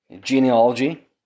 genealogy